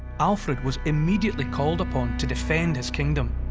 alfred was immediately called upon to defend his kingdom.